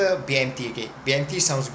B_M_T okay B_M_T sounds